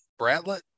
Bratlett